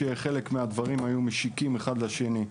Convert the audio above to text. כשחלק מהדברים היו משיקים אחד לשני.